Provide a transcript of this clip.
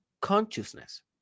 consciousness